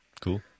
Cool